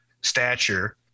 stature